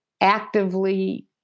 actively